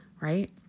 right